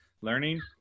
learning